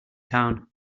town